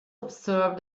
observe